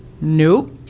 Nope